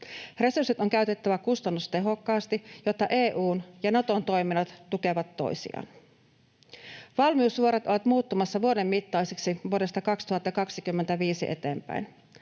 Resurssit on käytettävä kustannustehokkaasti, jotta EU:n ja Naton toiminnot tukevat toisiaan. Valmiusvuorot ovat muuttumassa vuoden mittaisiksi vuodesta 2025 eteenpäin.